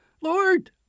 Lord